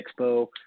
Expo